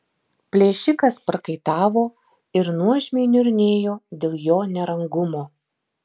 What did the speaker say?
plėšikas prakaitavo ir nuožmiai niurnėjo dėl jo nerangumo